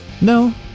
No